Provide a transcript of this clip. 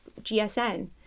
GSN